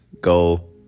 go